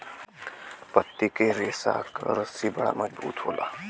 पत्ती के रेशा क रस्सी बड़ा मजबूत होला